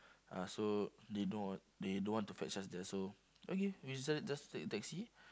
uh so they don't they don't want to fetch us there so okay we decided just take a taxi